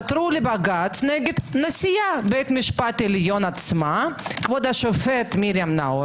עתרו לבג"ץ נגד נשיאת בית המשפט עליון עצמה כבוד השופטת מרים נאור